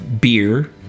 beer